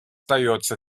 терроризм